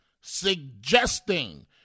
suggesting